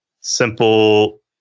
simple